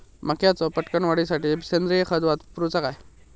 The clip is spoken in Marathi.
मक्याचो पटकन वाढीसाठी सेंद्रिय खत वापरूचो काय?